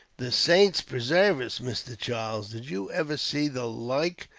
the saints presarve us, mr. charles! did you ever see the like?